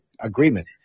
agreement